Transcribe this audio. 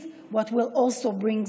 כל מי שאני פוגש מבקש: